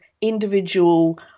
individual